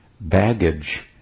baggage